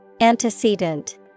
Antecedent